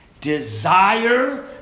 desire